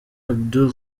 abdul